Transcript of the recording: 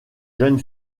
jeune